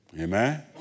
Amen